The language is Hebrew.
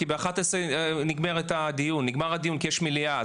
כי ב-11:00 נגמר הדיון כי יש מליאה,